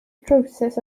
trowsus